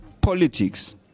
politics